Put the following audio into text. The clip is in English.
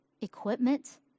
equipment